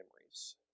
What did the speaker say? memories